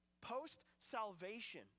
post-salvation